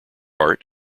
art